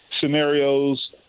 scenarios